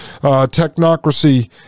Technocracy